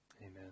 Amen